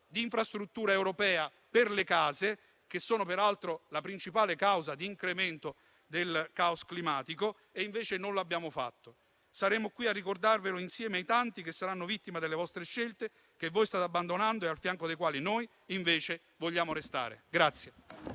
di infrastruttura europea per le case, che sono peraltro la principale causa di incremento del caos climatico e invece non l'abbiamo fatto. Saremo qui a ricordarvelo insieme ai tanti che saranno vittime delle vostre scelte, che voi state abbandonando e al fianco dei quali noi invece vogliamo restare.